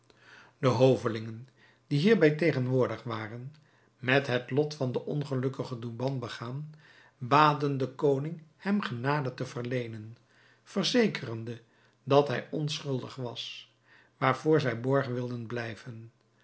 de hovelingen die hierbij tegenwoordig waren met het lot van den ongelukkigen douban begaan baden den koning hem genade te verleenen verzekerende dat hij onschuldig was waarvoor zij borg wilden blijven